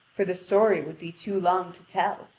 for the story would be too long to tell.